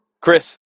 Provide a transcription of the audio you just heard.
Chris